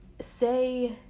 say